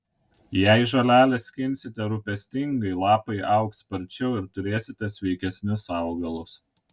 jei žoleles skinsite rūpestingai lapai augs sparčiau ir turėsite sveikesnius augalus